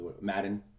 Madden